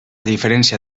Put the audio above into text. diferència